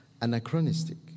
anachronistic